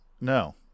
no